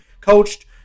Coached